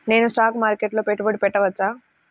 నేను స్టాక్ మార్కెట్లో పెట్టుబడి పెట్టవచ్చా?